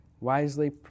Wisely